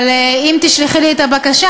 אבל אם תשלחי לי את הבקשה,